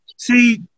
See